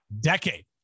decade